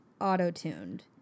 auto-tuned